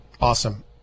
Awesome